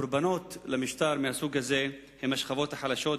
הקורבנות של משטר מהסוג הזה הם השכבות החלשות,